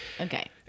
Okay